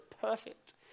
perfect